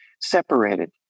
separated